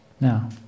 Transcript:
Now